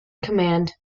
command